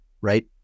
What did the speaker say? right